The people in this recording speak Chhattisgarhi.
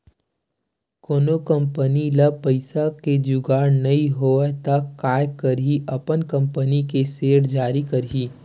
कोनो कंपनी ल पइसा के जुगाड़ नइ होवय त काय करही अपन कंपनी के सेयर जारी करही